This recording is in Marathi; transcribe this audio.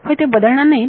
होय ते बदलणार नाहीत